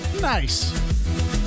Nice